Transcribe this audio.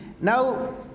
Now